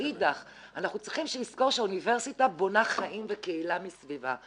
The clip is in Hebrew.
מאידך אנחנו צריכים לזכור שהאוניברסיטה בונה חיים וקהילה סביבה,